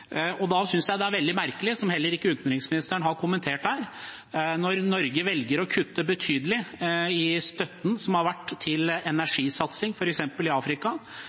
Da synes jeg det er veldig merkelig – som utenriksministeren heller ikke har kommentert her – når Norge velger å kutte betydelig i støtten som har vært til energisatsing, f.eks. i Afrika,